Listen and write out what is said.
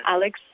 Alex